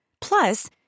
Plus